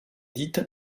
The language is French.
dite